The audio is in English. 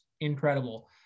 incredible